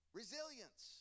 resilience